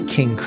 King